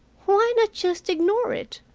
why not just ignore it?